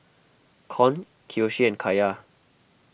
Con Kiyoshi and Kaiya